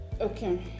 Okay